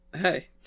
hey